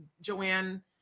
Joanne